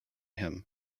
him